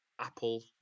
Apple